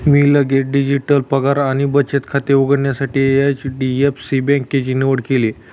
मी लगेच डिजिटल पगार आणि बचत खाते उघडण्यासाठी एच.डी.एफ.सी बँकेची निवड केली